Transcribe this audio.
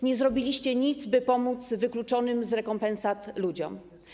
Nie zrobiliście nic, by pomóc wykluczonym z rekompensat ludziom.